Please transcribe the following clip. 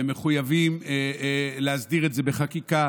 ומחויבים להסדיר את זה בחקיקה.